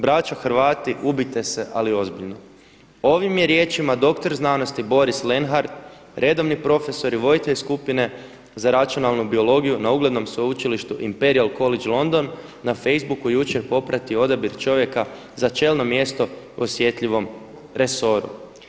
Braćo Hrvati ubite se, ali ozbiljno.“ Ovim je riječima doktor znanosti Boris Lenhart, redovni profesor i voditelj skupine za računalnu biologiju na uglednom sveučilištu Imperial College London na Facebooku jučer popratio odabir čovjeka za čelno mjesto u osjetljivom resoru.